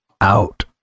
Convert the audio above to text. out